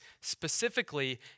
specifically